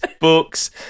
books